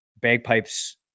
bagpipes